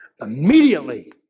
immediately